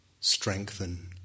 strengthen